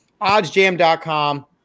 oddsjam.com